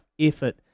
effort